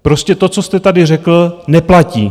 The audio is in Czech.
Prostě to, co jste tady řekl, neplatí.